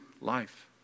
life